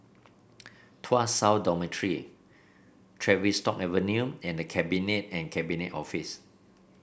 Tuas South Dormitory Tavistock Avenue and The Cabinet and Cabinet Office